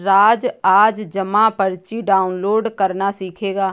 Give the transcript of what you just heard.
राज आज जमा पर्ची डाउनलोड करना सीखेगा